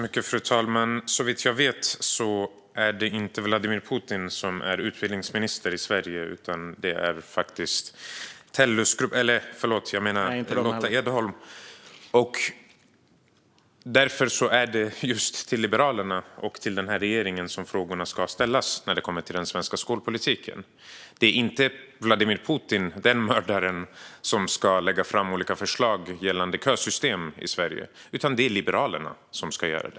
Fru talman! Såvitt jag vet är det inte Vladimir Putin som är skolminister i Sverige, utan det är faktiskt Tellusgruppen - förlåt, jag menar Lotta Edholm. Därför är det just till Liberalerna och regeringen som frågorna ska ställas när det gäller svensk skolpolitik. Det är inte mördaren Vladimir Putin som ska lägga fram förslag om kösystem i Sverige, utan det är Liberalerna.